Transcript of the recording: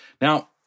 Now